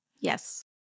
Yes